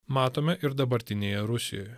matome ir dabartinėje rusijoje